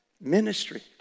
ministry